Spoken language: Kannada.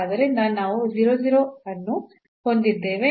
ಆದ್ದರಿಂದ ನಾವು 00 ಅನ್ನು ಹೊಂದಿದ್ದೇವೆ